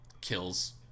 kills